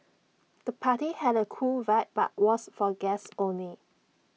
the party had A cool vibe but was for guests only